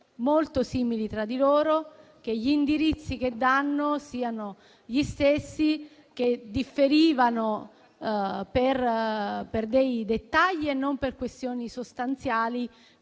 molto simili tra di loro. Gli indirizzi che danno sono gli stessi che differivano per dei dettagli e non per questioni sostanziali,